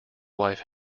wife